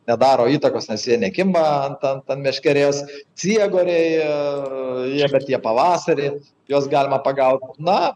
nedaro įtakos nes jie nekimba ant ant meškerės ciegoriai jie bet jie pavasarį juos galima pagaut na